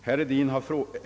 Herr talman!